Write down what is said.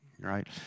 right